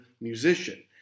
musician